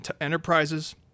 enterprises